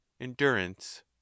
endurance